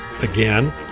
again